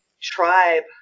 tribe